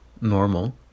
normal